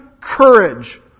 courage